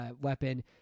weapon